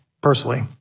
personally